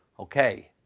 okay,